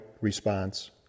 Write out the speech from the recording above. Response